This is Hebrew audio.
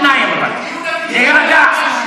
שתיים, להירגע.